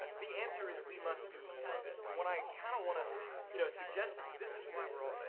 ah the answer is we must do more of it and what i kind of want to you know suggest is this is why we're all,